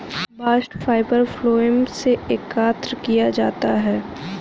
bast fibre phloem से एकत्र किया जाता है